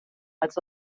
als